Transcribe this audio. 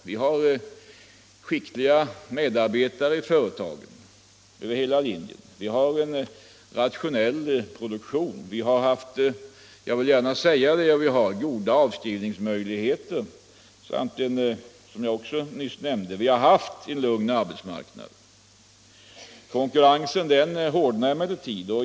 Vi har skickliga medarbetare i företagen över hela linjen, vi har en rationell produktion. Vi har — det vill jag gärna säga — goda avskrivningsmöjligheter och vi har, som jag nyss nämnde, haft en lugn arbetsmarknad. Konkurrensen hårdnar emellertid.